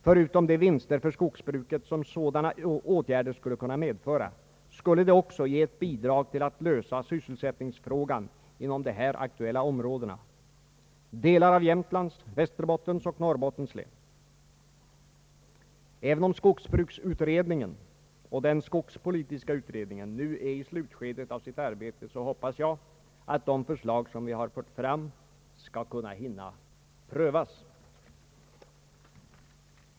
Förutom de vinster för skogsbruket, som sådana åtgärder skulle kunna medföra, skulle det också ge ett bidrag till att lösa sysselsättningsfrågan inom de här aktuella områdena — delar av Jämtlands, Västerbottens och Norrbottens län. Även om skogsbruksutredningen och den skogspolitiska utredningen nu är i slutskedet av sitt arbete hoppas jag, att de förslag som vi har fört fram skall kunna hinna prövas.